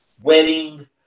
wedding